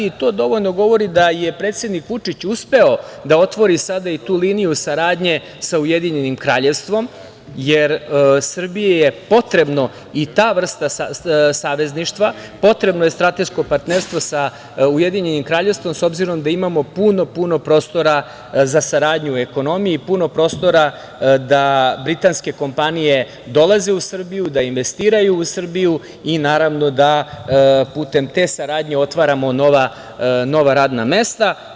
To dovoljno govori da je predsednik Vučić uspeo da otvori sada i tu liniju saradnje sa UK, jer Srbiji je potrebna i ta vrsta savezništva, potrebno je strateško partnerstvo sa UK, s obzirom da imamo puno, puno prostora za saradnju u ekonomiji i puno prostora da britanske kompanije dolaze u Srbiju, da investiraju u Srbiju i, naravno, da putem te saradnje otvaramo nova radna mesta.